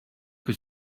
que